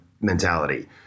mentality